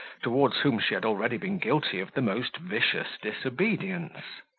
towards whom she had already been guilty of the most vicious disobedience.